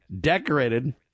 decorated